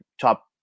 top –